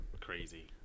crazy